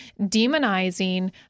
demonizing